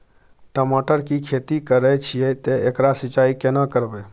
टमाटर की खेती करे छिये ते एकरा सिंचाई केना करबै?